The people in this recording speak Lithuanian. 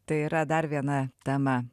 tai yra dar viena tema